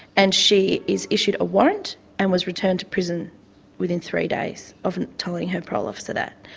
and she is issued a warrant and was returned to prison within three days of telling her parole officer that.